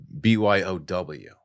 BYOW